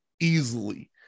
easily